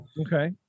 Okay